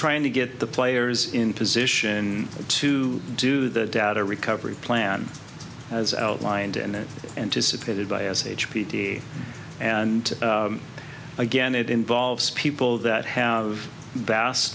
trying to get the players in position to do the data recovery plan as outlined in anticipated by as h p d and again it involves people that have vast